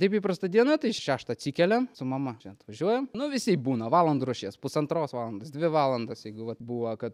taip įprasta diena tai šeštą atsikeliam su mama čia atvažiuojam nu visaip būna valandą ruošies pusantros valandos dvi valandas jeigu vat buvo kad